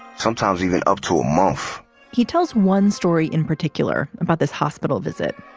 sometimes even up to a month he tells one story in particular about this hospital visit.